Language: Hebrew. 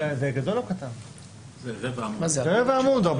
זה רבע עמוד.